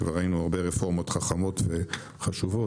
כבר ראינו הרבה רפורמות חכמות וחשובות